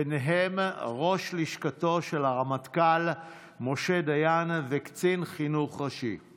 ובהם ראש לשכתו של הרמטכ"ל משה דיין וקצין חינוך ראשי.